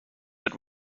but